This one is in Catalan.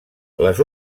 les